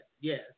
yes